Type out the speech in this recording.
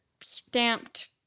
stamped